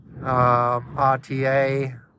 RTA